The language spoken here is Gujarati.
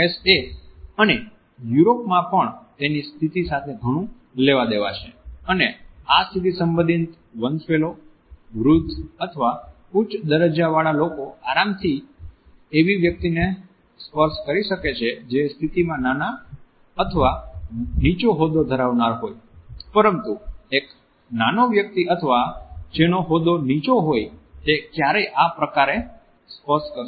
એ અને ઉત્તરીય યુરોપમાં પણ તેની સ્થિતિ સાથે ઘણું લેવા દેવા છે અને આ સ્થિતિ સંબંધિત વંશવેલો વૃદ્ધ અથવા ઉચ્ચ દરજ્જાવાળા લોકો આરામથી એવી વ્યક્તિને સ્પર્શ કરી શકે છે જે સ્થિતિમાં નાનો અથવા નીચ્ચો હોદ્દો ધરાવનાર હોય પરંતુ એક નાનો વ્યક્તિ અથવા જેનો હોદો નીચો હોય છે તે ક્યારેય આ પ્રકારે સ્પર્શ કરશે નહિ